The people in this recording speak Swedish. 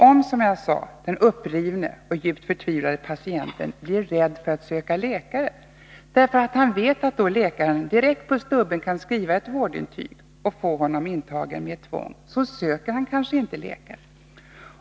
Om den upprivne och djupt förtvivlade patienten blir rädd för att söka läkare därför att han vet att läkaren direkt på stubben kan skriva ett vårdintyg och få honom intagen med tvång söker han kanske inte läkare.